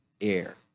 air